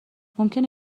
ممکنه